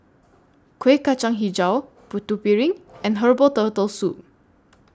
Kueh Kacang Hijau Putu Piring and Herbal Turtle Soup